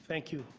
thank you.